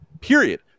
period